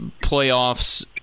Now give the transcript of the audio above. playoffs